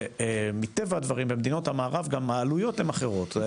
ומטבע הדברים, במדינות המערב גם העלויות הן אחרות.